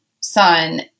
son